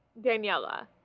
Daniela